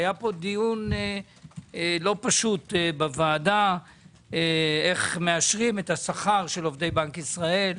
היה פה דיון לא פשוט בוועדה איך מאשרים את השכר של עובדי בנק ישראל.